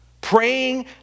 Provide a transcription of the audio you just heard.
Praying